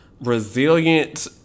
resilient